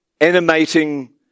animating